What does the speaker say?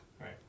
right